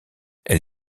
elle